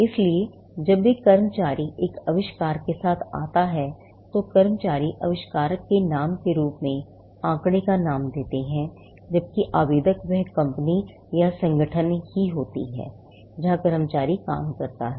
इसलिए जब एक कर्मचारी एक आविष्कार के साथ आता है तो कर्मचारी आविष्कारक के नाम के रूप में आंकड़े का नाम देते हैं जबकि आवेदक वह कंपनी या संगठन ही होगी जहां कर्मचारी काम करता है